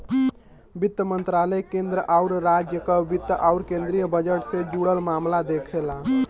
वित्त मंत्रालय केंद्र आउर राज्य क वित्त आउर केंद्रीय बजट से जुड़ल मामला देखला